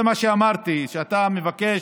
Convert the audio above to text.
זה מה שאמרתי, שאתה מבקש